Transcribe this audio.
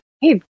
hey